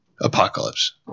Apocalypse